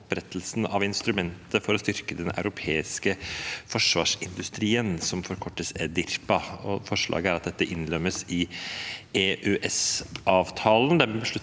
opprettelse av et instrument for å styrke den europeiske forsvarsindustrien, som forkortes EDIRPA. Forslaget er at dette innlemmes i EØSavtalen.